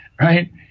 right